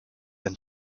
and